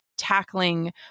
tackling